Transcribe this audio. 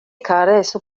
karesu